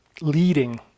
leading